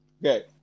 Okay